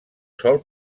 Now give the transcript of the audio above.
sol